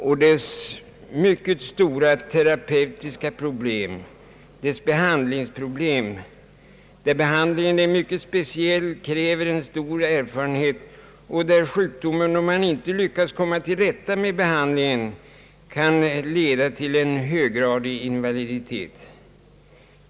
Där finns mycket stora terapeutiska problem, där behandlingen är mycket speciell, kräver en stor erfarenhet, och där sjukdomen — om man inte lyckas komma till rätta med behandlingen — kan leda till en höggradig invaliditet.